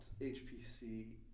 hpc